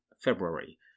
February